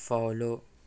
follow